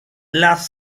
las